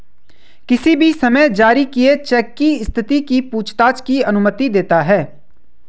किसी भी समय जारी किए चेक की स्थिति की पूछताछ की अनुमति देता है